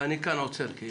ואני כאן עוצר, כי